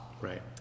right